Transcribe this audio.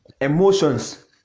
emotions